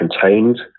contained